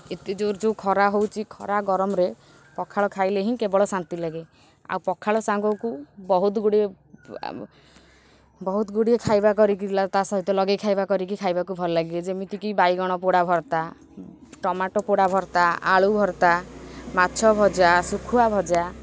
ଏତେ ଯେଉଁ ଯେଉଁ ଖରା ହେଉଛି ଖରା ଗରମରେ ପଖାଳ ଖାଇଲେ ହିଁ କେବଳ ଶାନ୍ତି ଲାଗେ ଆଉ ପଖାଳ ସାଙ୍ଗକୁ ବହୁତଗୁଡ଼ିଏ ବହୁତଗୁଡ଼ିଏ ଖାଇବା କରିକି ତା ସହିତ ଲଗାଇ ଖାଇବା କରିକି ଖାଇବାକୁ ଭଲ ଲାଗେ ଯେମିତିକି ବାଇଗଣ ପୋଡ଼ା ଭର୍ତ୍ତା ଟମାଟୋ ପୋଡ଼ା ଭର୍ତ୍ତା ଆଳୁ ଭର୍ତ୍ତା ମାଛ ଭଜା ଶୁଖୁଆ ଭଜା